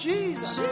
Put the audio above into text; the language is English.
Jesus